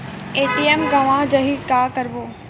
ATM गवां जाहि का करबो?